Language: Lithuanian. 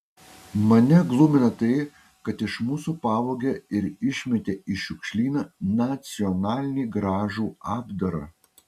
mane glumina tai kad iš mūsų pavogė ir išmetė į šiukšlyną nacionalinį gražų apdarą